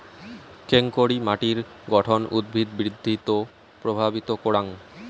কেঙকরি মাটির গঠন উদ্ভিদ বৃদ্ধিত প্রভাবিত করাং?